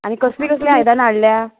आनी कसलीं कसलीं आयदनां हाडल्या